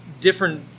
different